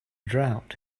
drought